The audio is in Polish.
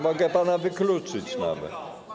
Mogę pana wykluczyć nawet.